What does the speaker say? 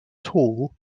tall